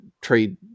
trade